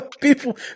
People